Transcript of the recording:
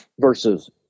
versus